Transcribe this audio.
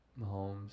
Mahomes